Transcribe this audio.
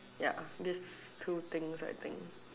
ya this two things I think